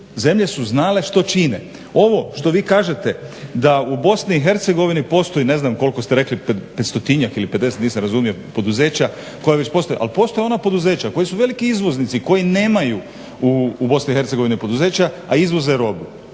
zemlje su znale što čine. Ovo što vi kažete da u BiH postoji ne znam koliko ste rekli 500 ili 50 nisam razumio poduzeća koja već postoje, ali postoje ona poduzeća koji su veliki izvoznici i koji nemaju u BiH poduzeća, a izvoze robu.